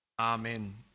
Amen